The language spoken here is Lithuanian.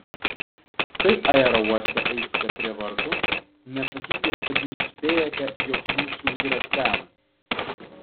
kai aerouoste eisite prie vartų nesakykit kad jūs spėjate jog jūsų vyras ten